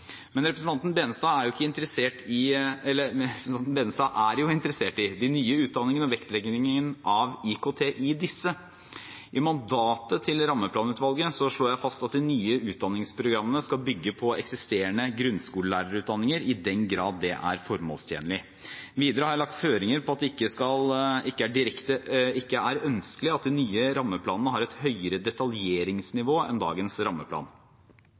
og vektleggingen av IKT i disse. I mandatet til rammeplanutvalget slår jeg fast at de nye utdanningsprogrammene skal bygge på eksisterende grunnskolelærerutdanninger i den grad det er formålstjenlig. Videre har jeg lagt føringer på at det ikke er ønskelig at de nye rammeplanene har et høyere detaljeringsnivå enn dagens rammeplan.